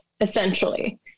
essentially